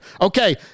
Okay